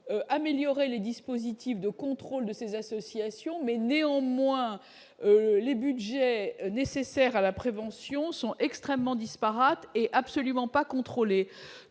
améliorer les dispositifs de contrôle de ces associations, mais néanmoins les Budgets nécessaires à la prévention. Sont extrêmement disparates et absolument pas contrôler,